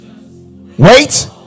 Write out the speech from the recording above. Wait